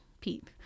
Pete